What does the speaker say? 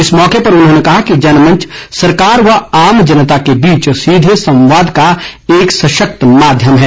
इस मौके पर उन्होंने कहा कि जनमंच सरकार व आम जनता के बीच सीधे संवाद का एक सशक्त माध्यम है